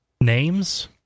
names